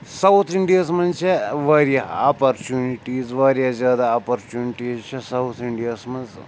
south اِنٛڈیاہَس منٛز چھےٚ واریاہ اَپَرچُنِٹیٖز واریاہ زیادٕ اَپَرچُنِٹیٖز چھےٚ ساوُتھ اِنٛڈیاہَس منٛز